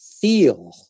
feel